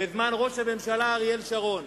בזמן ראש הממשלה אריאל שרון.